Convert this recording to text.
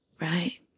Right